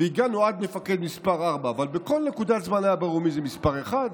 והגענו עד מפקד מס' 4. אבל בכל נקודת זמן היה ברור מי זה מס' 1,